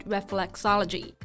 Reflexology